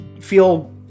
feel